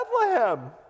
Bethlehem